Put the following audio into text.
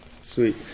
Sweet